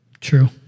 True